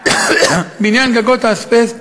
בעניין גגות האזבסט,